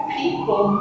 people